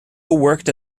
worked